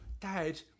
Dad